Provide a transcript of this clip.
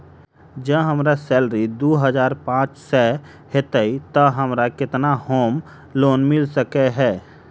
जँ हम्मर सैलरी दु हजार पांच सै हएत तऽ हमरा केतना होम लोन मिल सकै है?